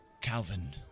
Calvin